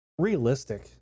realistic